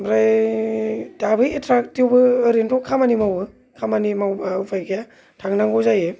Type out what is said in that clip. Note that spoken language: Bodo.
आमफ्राय दाबो एट्रेक्ट थेवबो आरैनोथ' खामानि मावो खामानि मावाबा उपाय गैया थांनांगौ जायो